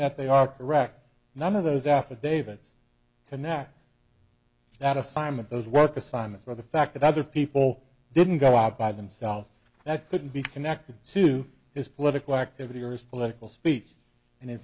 that they are correct none of those affidavits connect that assignment those work assignments or the fact that other people didn't go out by themself that couldn't be connected to his political activity or his political speech and in